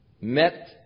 met